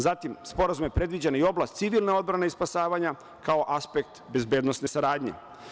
Zatim, Sporazumom je predviđena i oblast civilne odbrane i spasavanja kao aspekt bezbednosne saradnje.